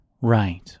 right